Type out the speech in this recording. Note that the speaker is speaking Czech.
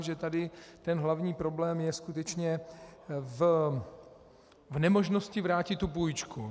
Že tady ten hlavní problém je skutečně v nemožnosti vrátit tu půjčku.